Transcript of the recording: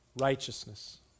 righteousness